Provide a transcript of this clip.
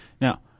Now